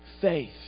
faith